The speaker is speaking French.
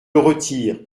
retire